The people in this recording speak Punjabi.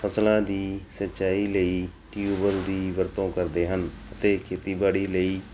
ਫਸਲਾਂ ਦੀ ਸਿੰਚਾਈ ਲਈ ਟਿਊਬਲ ਦੀ ਵਰਤੋਂ ਕਰਦੇ ਹਨ ਅਤੇ ਖੇਤੀਬਾੜੀ ਲਈ